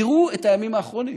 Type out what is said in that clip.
תראו את הימים האחרונים,